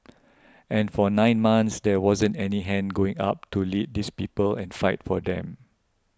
and for nine months there wasn't any hand going up to lead these people and fight for them